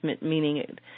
meaning